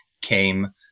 came